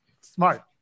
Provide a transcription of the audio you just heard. smart